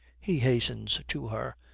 he hastens to her.